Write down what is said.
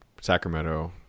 Sacramento